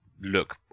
look